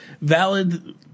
valid –